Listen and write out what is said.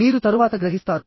మీరు తరువాత గ్రహిస్తారు